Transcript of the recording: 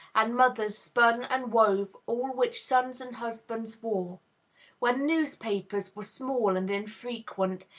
and mothers spun and wove all which sons and husbands wore when newspapers were small and infrequent,